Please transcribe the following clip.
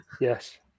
Yes